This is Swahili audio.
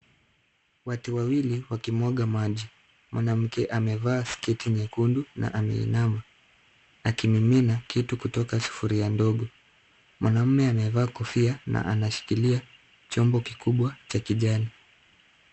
Watu wawili wakimwaga maji. Mwanamke amevaa sketi nyekundu na ameinama akimimina kitu kutoka sufuria ndogo. Mwanaume amevaa kofia na anashikilia chombo kikubwa cha kijani.